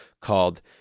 called